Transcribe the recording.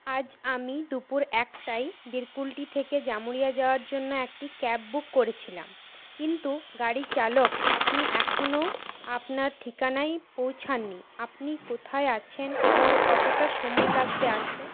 আজ আমি দুপুর একটায় বিরকুলটি থেকে জামুরিয়ায় যাওয়ার জন্য একটি ক্যাব বুক করেছিলাম কিন্তু গাড়ির চালক আপনি এখনও আপনার ঠিকানায় পৌঁছাননি আপনি কোথায় আছেন এবং কতটা সময় লাগবে আসতে